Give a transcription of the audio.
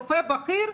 רופא בכיר,